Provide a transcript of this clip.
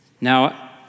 Now